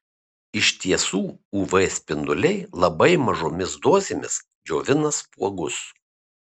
iš tiesų uv spinduliai labai mažomis dozėmis džiovina spuogus